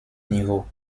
niveaux